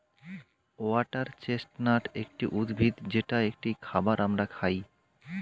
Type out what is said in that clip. water chestnut একটি উদ্ভিদ যেটা একটি খাবার আমরা খাই